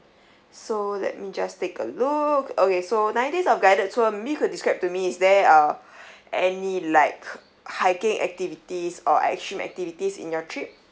so let me just take a look okay so nine days of guided tour maybe you could describe to me is there uh any like hiking activities or extreme activities in your trip